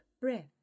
breath